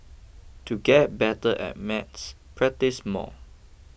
to get better at maths practise more